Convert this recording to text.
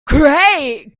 great